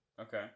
okay